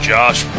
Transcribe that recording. Josh